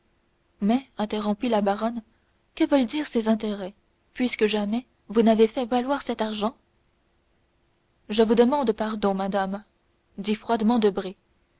mais interrompit la baronne que veulent dire ces intérêts puisque jamais vous n'avez fait valoir cet argent je vous demande pardon madame dit froidement debray